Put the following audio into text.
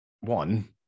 one